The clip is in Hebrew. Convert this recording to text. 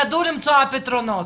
ידעו למצוא פתרונות,